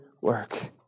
work